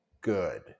good